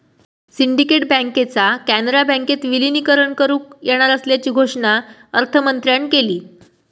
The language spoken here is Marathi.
सिंडिकेट बँकेचा कॅनरा बँकेत विलीनीकरण करुक येणार असल्याची घोषणा अर्थमंत्र्यांन केली